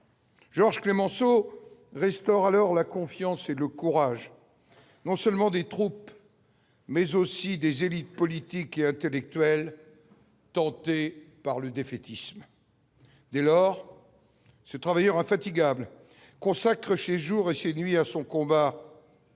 Georges Clémenceau restaure alors la confiance et de courage, non seulement des troupes, mais aussi des élites politiques et intelectuelles tentés par le défaitisme, dès lors, ce travailleur infatigable consacre chez jours et ses nuits à son combat, il